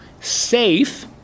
safe